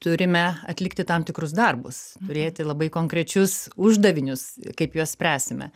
turime atlikti tam tikrus darbus turėti labai konkrečius uždavinius kaip juos spręsime